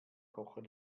kochen